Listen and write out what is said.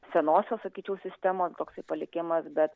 senosios sakyčiau sistemos toksai palikimas bet